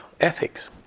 ethics